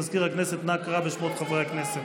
מזכיר הכנסת, נא קרא בשמות חברי הכנסת.